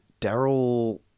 Daryl